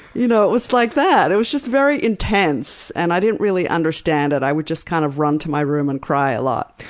you know it was like that. it was just very intense, and i didn't really understand it. i would just kind of run to my room and cry a lot.